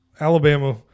Alabama